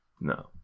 no